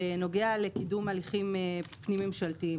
בנוגע לקידום הליכים פנים-ממשלתיים,